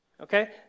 Okay